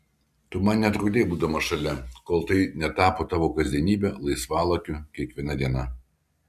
tu man netrukdei būdama šalia kol tai netapo tavo kasdienybe laisvalaikiu kiekviena diena